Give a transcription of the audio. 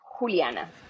Juliana